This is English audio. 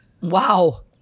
Wow